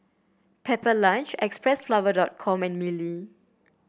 Pepper Lunch Xpressflower dot com and Mili